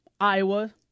Iowa